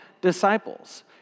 disciples